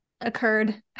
occurred